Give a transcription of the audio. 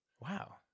Wow